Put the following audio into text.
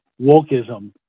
wokeism